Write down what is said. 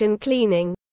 cleaning